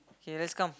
K let's come